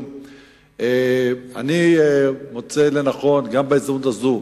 אני מוצא לנכון, בהזדמנות הזאת,